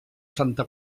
santa